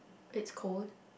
it's cold